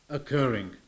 Occurring